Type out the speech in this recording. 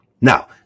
Now